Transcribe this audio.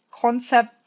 concept